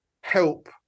help